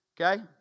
Okay